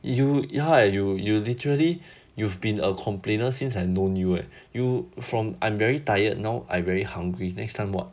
you ya lah you you literally you've been a complainer since I've known you eh you from I'm very tired now I very hungry you next time what